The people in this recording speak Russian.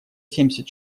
семьдесят